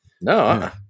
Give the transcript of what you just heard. No